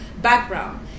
background